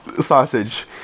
sausage